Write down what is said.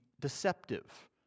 deceptive